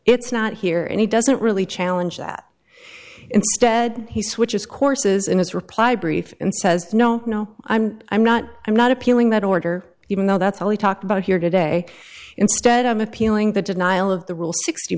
it's not here and he doesn't really challenge that instead he switches courses in his reply brief and says no no i'm i'm not i'm not appealing that order even though that's all we talked about here today instead of appealing the denial of the rule sixty